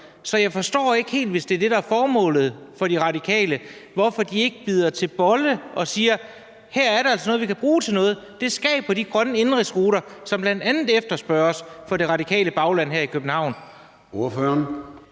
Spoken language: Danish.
Så jeg forstår ikke helt, hvis det er det, der er formålet for De Radikale, hvorfor de ikke bider til bolle og siger: Her er der altså noget, vi kan bruge til noget. Det skaber de grønne indenrigsruter, som bl.a. efterspørges af det radikale bagland her i København. Kl.